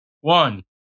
one